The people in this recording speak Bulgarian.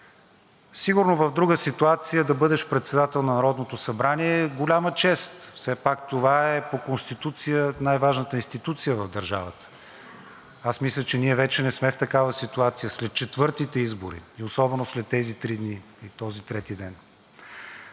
Сигурно в друга ситуация да бъдеш председател на Народното събрание е голяма чест – все пак това по Конституция е най-важната институция в държавата. Аз мисля, че ние не сме вече в такава ситуация след четвъртите избори, особено след тези три дни и този трети ден.